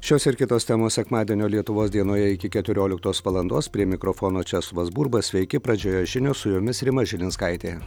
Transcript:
šios ir kitos temos sekmadienio lietuvos dienoje iki keturioliktos valandos prie mikrofono česlovas burba sveiki pradžioje žinios su jomis rima žilinskaitė